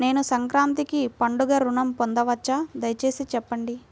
నేను సంక్రాంతికి పండుగ ఋణం పొందవచ్చా? దయచేసి చెప్పండి?